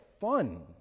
fun